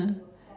mm